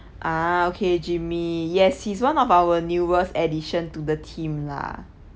ah okay jimmy yes he's one of our newest addition to the team lah